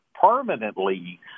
permanently